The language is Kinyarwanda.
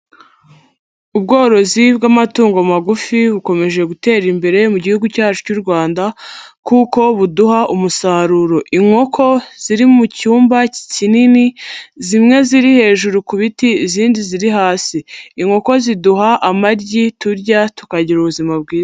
Ubworozi bw'amatungo magufi bukomeje gutera imbere mu gihugu cyacu cy'u Rwanda kuko buduha umusaruro, inkoko ziri mu cyumba kinini, zimwe ziri hejuru ku biti, izindi ziri hasi, inkoko ziduha amagi turya tukagira ubuzima bwiza.